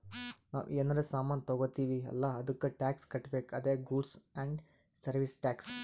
ನಾವ್ ಏನರೇ ಸಾಮಾನ್ ತಗೊತ್ತಿವ್ ಅಲ್ಲ ಅದ್ದುಕ್ ಟ್ಯಾಕ್ಸ್ ಕಟ್ಬೇಕ್ ಅದೇ ಗೂಡ್ಸ್ ಆ್ಯಂಡ್ ಸರ್ವೀಸ್ ಟ್ಯಾಕ್ಸ್